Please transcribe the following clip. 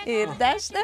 ir dešine